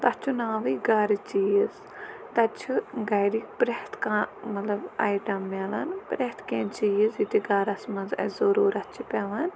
تَتھ چھُ ناوٕے گَرٕ چیٖز تَتہِ چھُ گَرِکِۍ پرٮ۪تھ کانٛہہ مطلب آیٹَم ملان پرٮ۪تھ کینٛہہ چیٖز یہِ تہِ گَرَس منٛز اَسہِ ضٔروٗرت چھِ پٮ۪وان